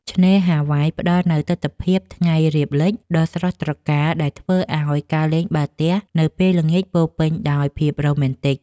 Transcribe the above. ឆ្នេរហាវ៉ៃផ្ដល់នូវទិដ្ឋភាពថ្ងៃរៀបលិចដ៏ស្រស់ត្រកាល ដែលធ្វើឱ្យការលេងបាល់ទះនៅពេលល្ងាចពោរពេញដោយភាពរ៉ូមែនទិក។